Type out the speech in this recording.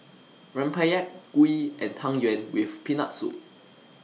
Rempeyek Kuih and Tang Yuen with Peanut Soup